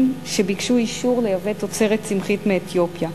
שביקשו אישור לייבא תוצרת צמחית מאתיופיה.